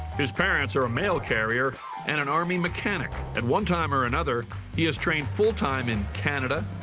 his parents are a mail carrier and an army mechanic. at one time or another he has trained full-time in canada,